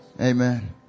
amen